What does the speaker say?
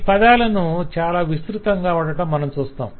ఈ పదాలను చాలా విస్తృతంగా వాడటం మనం చూస్తాం